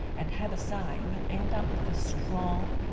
and have a say, we'll end up with a strong,